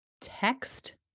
Text